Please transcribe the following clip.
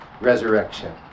resurrection